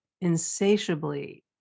insatiably